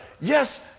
Yes